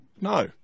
No